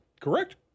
Correct